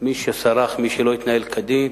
מי שסרח, מי שלא התנהל כדין,